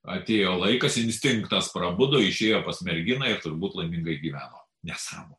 atėjo laikas instinktas prabudo išėjo pas merginą ir turbūt laimingai gyveno nesąmonė